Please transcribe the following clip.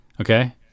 Okay